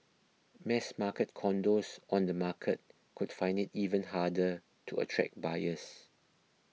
mass market condos on the market could find it even harder to attract buyers